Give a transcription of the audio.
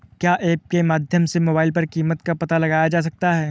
क्या ऐप के माध्यम से मोबाइल पर कीमत का पता लगाया जा सकता है?